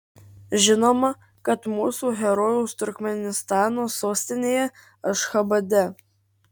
žinoma kad mūsų herojaus turkmėnistano sostinėje ašchabade